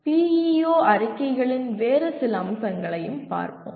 PEO அறிக்கைகளின் வேறு சில அம்சங்களையும் பார்ப்போம்